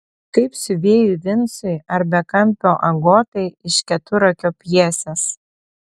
kaip siuvėjui vincui ar bekampio agotai iš keturakio pjesės